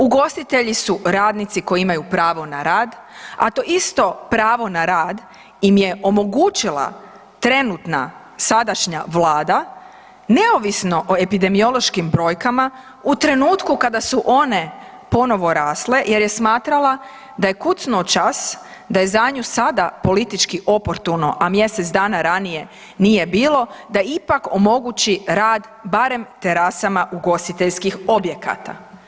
Ugostitelji su radnici koji imaju pravo na rad, a to isto pravo na rad im je omogućila trenutna sadašnja Vlada, neovisno o epidemiološkim brojkama u trenutku kad su one ponovo rasle jer je smatrala da je kucnuo čas da je za nju sada politički oportuno, a mjesec dana ranije nije bilo, da ipak omogući rad barem terasama ugostiteljskih objekata.